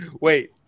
wait